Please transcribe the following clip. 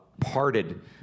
parted